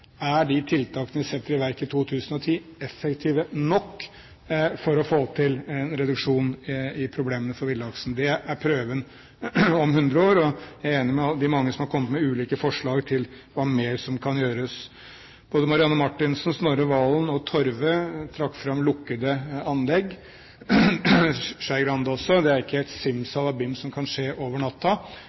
er de tiltakene vi setter i verk i 2010, effektive nok for å få til en reduksjon i problemene for villaksen? Det er prøven om 100 år, og jeg er enig med de mange som har kommet med ulike forslag til hva mer som kan gjøres. Både Marianne Marthinsen, Snorre Serigstad Valen og Tove-Lise Torve trakk fram lukkede anlegg – Skei Grande også. Det er ikke et simsalabim som kan skje over natta,